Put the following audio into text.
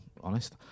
honest